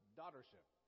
daughtership